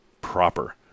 proper